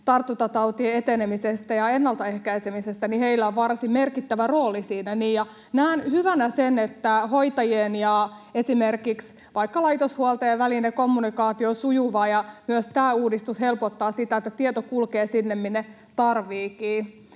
tartuntatautien etenemisestä ja ennaltaehkäisemisestä — jolla on varsin merkittävä rooli niissä. Näen hyvänä sen, että hoitajien ja esimerkiksi vaikkapa laitoshuoltajien välinen kommunikaatio on sujuvaa. Myös tämä uudistus helpottaa sitä, että tieto kulkee sinne, minne tarvitseekin.